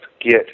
get